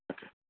okay